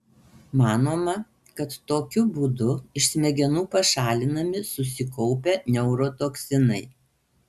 manoma kad tokiu būdu iš smegenų pašalinami susikaupę neurotoksinai